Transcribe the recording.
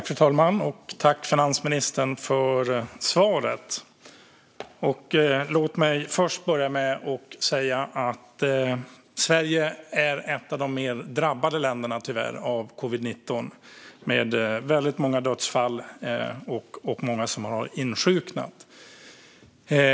Fru talman! Jag tackar finansministern för svaret. Låt mig börja med att säga att Sverige tyvärr är ett av de mer drabbade länderna av covid-19, med väldigt många dödsfall och många som har insjuknat.